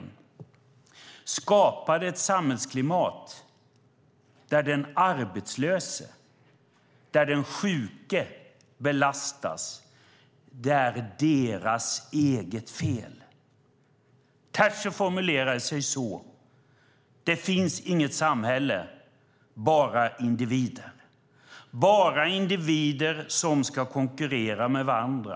Ni skapade ett samhällsklimat där den arbetslöse och den sjuke belastas. Det är deras eget fel, menar ni. Thatcher formulerade sig så här: Det finns inget samhälle, bara individer. Det finns bara individer som ska konkurrera med varandra.